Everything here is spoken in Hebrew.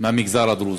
מהמגזר הדרוזי,